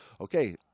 okay